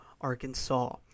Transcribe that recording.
Arkansas